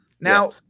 Now